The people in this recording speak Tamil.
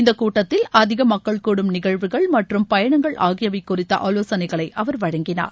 இந்தக் கூட்டத்தில் அதிக மக்கள் கூடும் நிகழ்வுகள் மற்றும் பயணங்கள் ஆகியவை குறித்த ஆலோசனைகளை அவர் வழங்கினார்